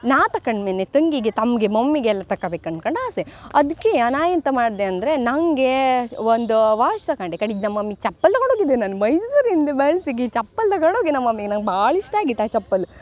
ನಾ ತಕಂಡು ಮೆನೆ ತಂಗಿಗೆ ತಮ್ಮಗೆ ಮಮ್ಮಿಗೆಲ್ಲ ತಕಬೇಕು ಅನ್ಕಂಡು ಆಸೆ ಅದ್ಕೆ ನಾ ಎಂತ ಮಾಡಿದೆ ಅಂದರೆ ನನಗೆ ಒಂದು ವಾಚ್ ತಕೊಂಡೆ ಕಡಿಕೆ ನಮ್ಮ ಮಮ್ಮಿಗೆ ಚಪ್ಪಲಿ ತಗೊಂಡೋಗಿದ್ದೆ ನಾನು ಮೈಸೂರಿಂದ ಚಪ್ಪಲಿ ತಗಂಡೋಗಿ ನಮ್ಮ ಮಮ್ಮಿಗೆ ನಂಗೆ ಭಾಳ ಇಷ್ಟ ಆಗಿತ್ತು ಆ ಚಪ್ಪಲಿ